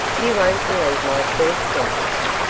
you won't believe my first sentence.